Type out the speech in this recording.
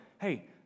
hey